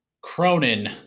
Cronin